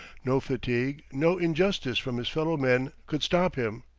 no fatigue, no injustice from his fellow-men could stop him.